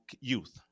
youth